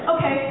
Okay